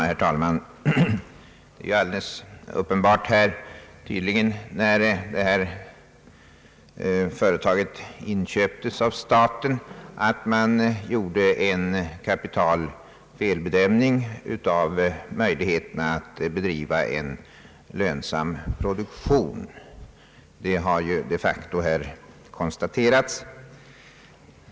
Herr talman! När det här företaget inköptes av staten, gjordes uppenbarligen en kapital felbedömning av möjligheterna att bedriva en lönsam produktion. Detta har här de facto konstaterats.